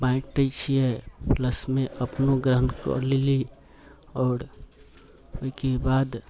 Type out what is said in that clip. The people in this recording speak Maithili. बाँटि दैत छियै प्लसमे अपनो ग्रहण कऽ लेली आओर ओहिके बाद